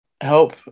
help